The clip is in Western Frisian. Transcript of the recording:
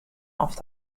oft